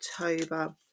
october